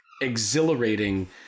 exhilarating